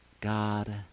God